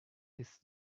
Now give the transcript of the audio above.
his